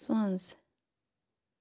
سۅنٛز